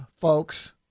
folks